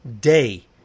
day